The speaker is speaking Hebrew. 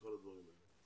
וכל הדברים האלה.